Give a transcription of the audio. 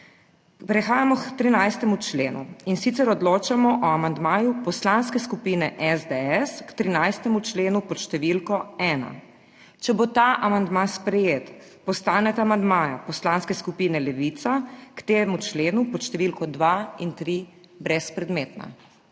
Prehajamo k 13. členu, in sicer odločamo o amandmaju Poslanske skupine SDS k 13. členu pod številko 1. Če bo ta amandma sprejet postaneta amandmaja Poslanske skupine Levica k temu členu pod številko 2 in 3 brezpredmetna.